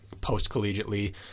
Post-collegiately